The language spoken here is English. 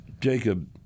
Jacob